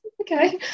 okay